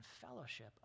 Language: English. fellowship